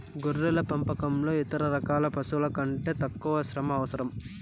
గొర్రెల పెంపకంలో ఇతర రకాల పశువుల కంటే తక్కువ శ్రమ అవసరం